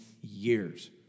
years